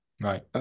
Right